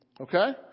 Okay